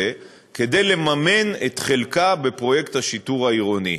כדי לממן את חלקה בפרויקט השיטור העירוני.